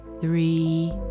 three